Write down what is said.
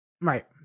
Right